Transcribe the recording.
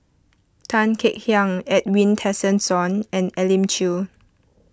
Tan Kek Hiang Edwin Tessensohn and Elim Chew